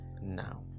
now